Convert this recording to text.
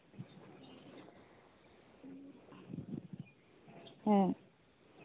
ᱦᱮᱸ